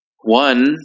one